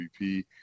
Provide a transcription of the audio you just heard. MVP